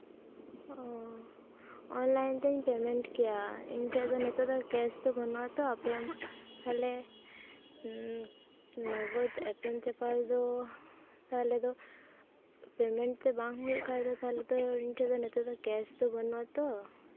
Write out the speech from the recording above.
ᱚᱸᱻ ᱚᱱᱞᱟᱭᱤᱱ ᱛᱮᱧ ᱯᱮᱢᱮᱱᱴ ᱠᱮᱭᱟ ᱤᱧ ᱴᱷᱮᱡ ᱫᱚ ᱱᱤᱛᱳᱝ ᱫᱚ ᱠᱮᱥ ᱫᱚ ᱵᱟ ᱱᱩᱜᱼᱟ ᱛᱚ ᱟᱯᱮᱭᱟᱝ ᱛᱟᱦᱚᱞᱮ ᱱᱚᱜᱚᱫ ᱮᱯᱮᱢᱼᱪᱟᱯᱟᱞ ᱫᱚ ᱛᱟᱦᱚᱞᱮ ᱫᱚ ᱯᱮᱢᱮᱱᱴ ᱫᱚ ᱵᱟᱝ ᱦᱩᱭᱩᱜ ᱠᱷᱟᱱ ᱫᱚ ᱤᱧ ᱴᱷᱮᱱ ᱫᱚ ᱱᱤᱛᱳᱜ ᱫᱚ ᱠᱮᱥ ᱫᱚ ᱵᱟ ᱱᱩᱜᱼᱟ ᱛᱚ